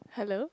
hello